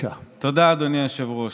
"עד מתי יהיה זה לנו